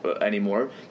anymore